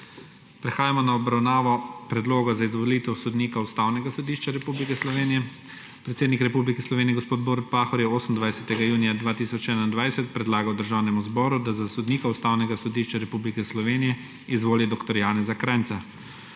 Prehajamo na obravnavo Predloga za izvolitev sodnika Ustavnega sodišča Republike Slovenije. Predsednik Republike Slovenije gospod Borut Pahor je 28. junija 2021 predlagal Državnemu zboru, da za sodnika Ustavnega sodišča Republike Slovenije izvoli dr. Janeza Krajnca.